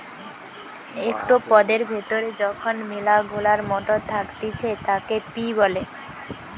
একটো পদের ভেতরে যখন মিলা গুলা মটর থাকতিছে তাকে পি বলে